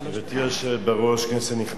גברתי היושבת-ראש, כנסת נכבדה,